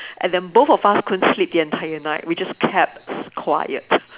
and then both of us couldn't sleep the entire night we just kept quiet